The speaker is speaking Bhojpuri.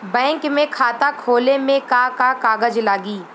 बैंक में खाता खोले मे का का कागज लागी?